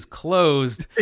closed